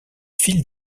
files